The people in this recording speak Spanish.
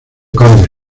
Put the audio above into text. condes